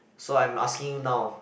so I'm asking you now